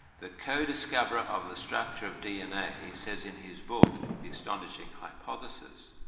the co-discoverer of the structure of dna, says in his book, the astonishing hypothesis,